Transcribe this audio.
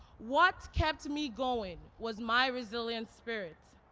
what kept me going was my resilient spirit.